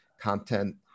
content